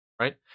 right